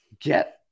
get